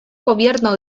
gobierno